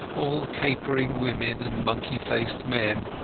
all capering women and monkey-faced men,